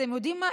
ואתם יודעים מה?